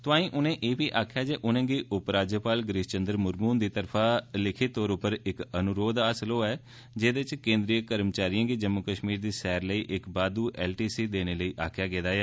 तांई उनें ए बी आक्खेया जे उनेंगी उपराज्यपाल गिरिष चंद्र मुरमु हुंदी तरफा लिखित तौर उप्पर इक अनुरोध थ्होआ ऐ जेहदे च केंद्रीय कर्मचारियें गी जम्मू कष्मीर दी सैर लेई इक बाद्दू एलटीसी देने लेई आक्खेया गेदा ऐ